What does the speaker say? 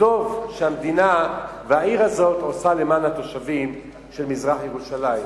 הטוב שהמדינה והעיר הזאת עושות למען התושבים של מזרח-ירושלים.